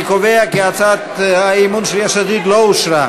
אני קובע כי הצעת האי-אמון של יש עתיד לא אושרה.